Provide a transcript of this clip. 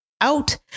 out